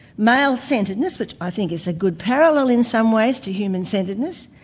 male centredness, which i think is a good parallel in some ways to human centredness,